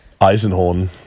Eisenhorn